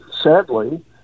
sadly